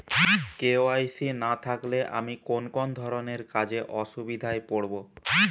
KYC না থাকলে আমি কোন কোন ধরনের কাজে অসুবিধায় পড়ব?